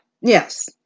Yes